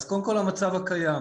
אז קודם כל, המצב הקיים.